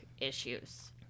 issues